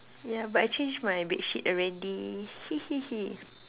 yeah but I change my bed sheet already hee hee hee